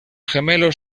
gemelos